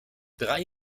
drei